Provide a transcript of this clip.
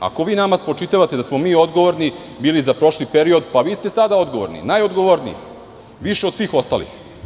Ako vi nama spočitavate da smo mi odgovorni bili za prošli period, vi ste sada odgovorni, više od svih ostalih.